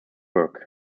work